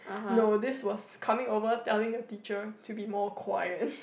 no this was coming over telling the teacher to be more quiet